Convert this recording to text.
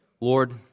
Lord